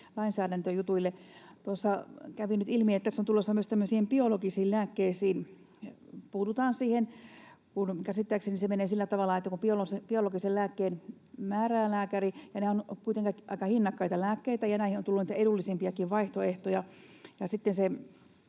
lainsäädäntöjutuille. Tuossa kävi nyt ilmi, että tässä on tulossa myös tämmöisiin biologisiin lääkkeisiin puuttuminen. Käsittääkseni se menee sillä tavalla, että kun lääkäri määrää biologisen lääkkeen — nehän ovat kuitenkin aika hinnakkaita lääkkeitä ja näihin on tullut edullisempiakin vaihtoehtoja